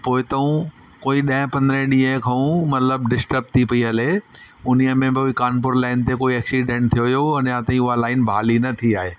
पोइतो कोई ॾए पंद्रहे ॾींहं खां मतिलबु डिस्टर्ब थी पई हले हुनजी में बि कानपुर लाइन ते कोई एक्सीडेंट थियो हुओ अञा ताईं उहा लाइन भाली न थी आहे